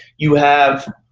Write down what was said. you have,